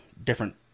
different